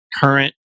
current